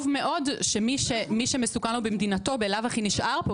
טוב מאוד שמי שמסוכן לו במדינתו בלאו הכי נשאר פה,